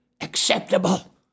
acceptable